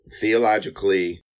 theologically